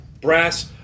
Brass